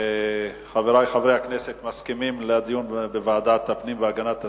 חברי חברי הכנסת כמובן מסכימים לדיון בוועדת הפנים והגנת הסביבה.